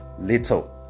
little